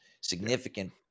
significant